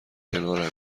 کنارمی